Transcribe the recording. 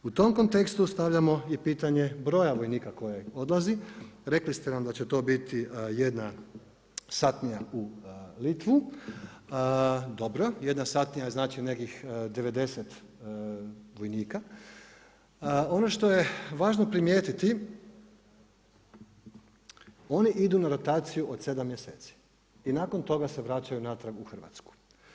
U tom kontekstu stavljamo i pitanje broja vojnika koji odlazi, rekli ste nam da će to biti jedna satnija u Litvu, dobro, jedna satnija znači nekih 90 vojnika, ono što je važno primijetiti, oni idu na rotaciju od 7 mjeseci i nakon toga se vraćaju natrag u Hrvatsku.